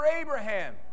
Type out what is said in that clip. Abraham